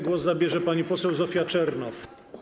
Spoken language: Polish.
Głos zabierze pani poseł Zofia Czernow.